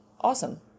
awesome